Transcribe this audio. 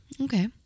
Okay